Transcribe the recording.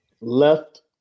left